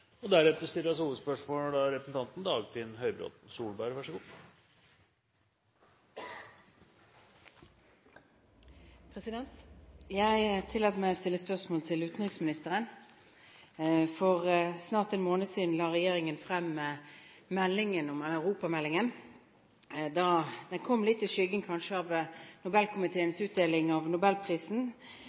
og offensiv energipolitikk. Vi går til neste hovedspørsmål. Jeg tillater meg å stille spørsmål til utenriksministeren. For en måned siden la regjeringen frem europameldingen. Den kom kanskje litt i skyggen av Nobelkomiteens utdeling av Nobelprisen,